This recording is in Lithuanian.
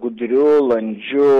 gudriu landžiu